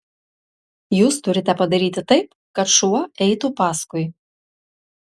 jūs turite padaryti taip kad šuo eitų paskui